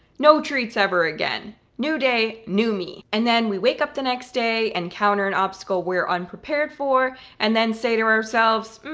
no treats ever again, new day, new me. and then we wake up the next day, encounter an obstacle we're unprepared for, and then say to ourselves,